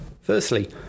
Firstly